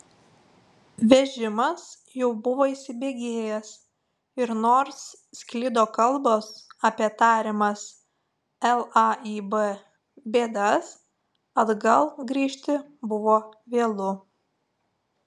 vežimas jau buvo įsibėgėjęs ir nors sklido kalbos apie tariamas laib bėdas atgal grįžti buvo vėlu